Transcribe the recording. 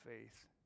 faith